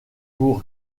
pour